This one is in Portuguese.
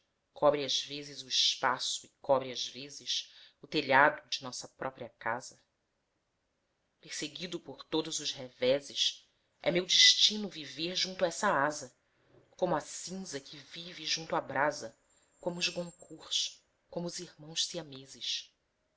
cobre às vezes o espaço e cobre às vezes o telhado de nossa própria casa perseguido por todos os reveses é meu destino viver junto a esa asa como a cinza que vive junto à brasa como os goncourts como os irmãos siameses